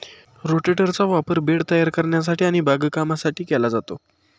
रोटेटरचा वापर बेड तयार करण्यासाठी आणि बागकामासाठी केला जातो